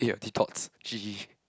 oh your detox g_g